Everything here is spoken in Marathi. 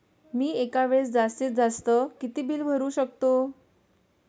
मी एका वेळेस जास्तीत जास्त किती बिल भरू शकतो?